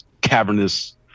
cavernous